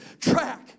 track